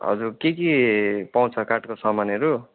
हजुर के के पाउँछ काठको सामानहरू